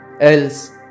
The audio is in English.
Else